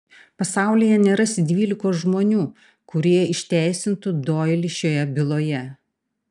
pasaulyje nerasi dvylikos žmonių kurie išteisintų doilį šioje byloje